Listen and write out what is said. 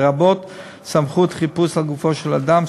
לרבות סמכות חיפוש על גופו של אדם,